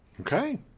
Okay